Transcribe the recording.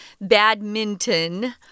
Badminton